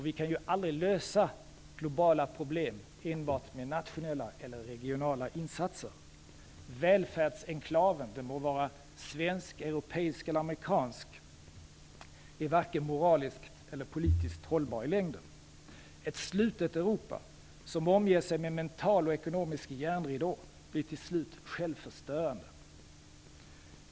Vi kan aldrig lösa globala problem enbart med nationella eller regionala insatser. Välfärdsenklaven, den må vara svensk, europeisk eller amerikansk, är varken moraliskt eller politiskt hållbar i längden. Ett slutet Europa som omger sig med en mental och ekonomisk järnridå blir till slut självförstörande.